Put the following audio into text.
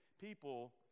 people